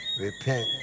Repent